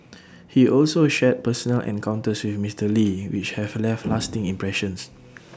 he also shared personal encounters with Mister lee which have left lasting impressions